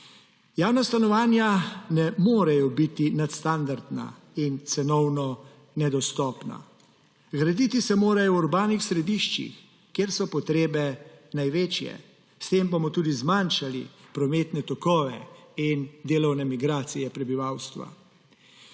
Javna stanovanja ne morejo biti nadstandardna in cenovno nedostopna. Graditi se morajo v urbanih središčih, kjer so potrebe največje, s tem bomo tudi zmanjšali prometne tokove in delovne migracije prebivalstva.